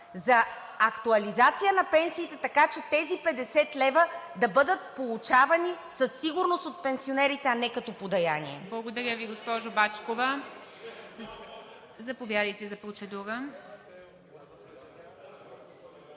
за актуализация на пенсиите, така че тези 50 лв. да бъдат получавани със сигурност от пенсионерите, а не като подаяние. ПРЕДСЕДАТЕЛ ИВА МИТЕВА: Благодаря Ви, госпожо Бачкова. Заповядайте за процедура.